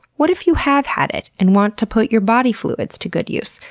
what if you have had it and want to put your body fluids to good use?